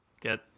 get